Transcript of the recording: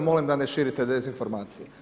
Molim da ne širite dezinformacije.